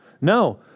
No